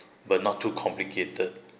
but not too complicated